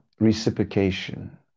Reciprocation